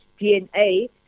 DNA